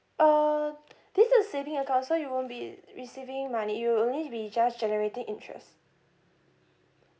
uh this is saving account so you won't be receiving money you'll only be just generating interest